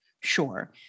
Sure